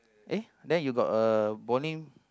eh then you got a bowling